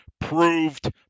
proved